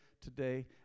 today